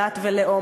דת ולאום,